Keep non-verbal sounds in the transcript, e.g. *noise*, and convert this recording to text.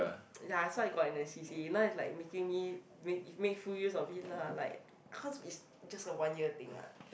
*noise* ya so I got in a C_C_A you know it's like making me make make full use of it lah like cause it's just a one year thing what